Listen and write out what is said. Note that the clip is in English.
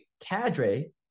cadre